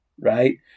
right